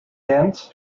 dense